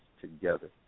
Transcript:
together